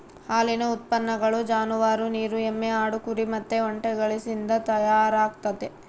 ಹಾಲಿನ ಉತ್ಪನ್ನಗಳು ಜಾನುವಾರು, ನೀರು ಎಮ್ಮೆ, ಆಡು, ಕುರಿ ಮತ್ತೆ ಒಂಟೆಗಳಿಸಿಂದ ತಯಾರಾಗ್ತತೆ